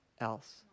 else